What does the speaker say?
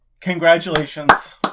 Congratulations